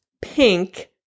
pink